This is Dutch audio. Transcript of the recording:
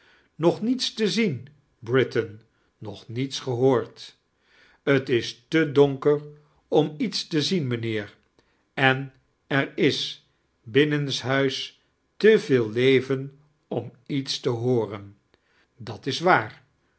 nog niets te zien britain nog niets gehoordt t is te donker om iets te zien mijnheer en er is bmnenshuis te veel leven om iets te hooiren dat is waar